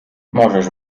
możesz